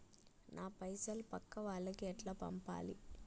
నా పైసలు పక్కా వాళ్లకి ఎట్లా పంపాలి?